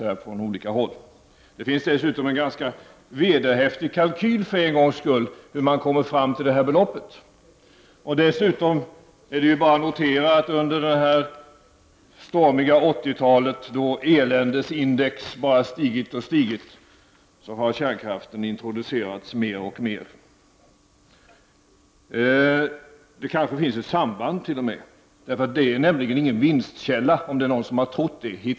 Det finns i artikeln också för en gångs skull en ganska vederhäftig redogörelse för hur man kommit fram tll detta belopp. Dessutom är det bara att notera att under det stormiga 80-talet, då eländets index bara steg och steg, har kärnkraften introducerats mer och mer. Det kanske t.o.m. finns ett samband här. Kärnkraften är nämligen ingen vinstkälla, om nu någon har trott det.